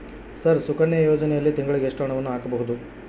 Sir Sukanya ಯೋಜನೆಯಲ್ಲಿ ತಿಂಗಳಿಗೆ ಎಷ್ಟು ಹಣವನ್ನು ಹಾಕಬಹುದು?